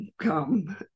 come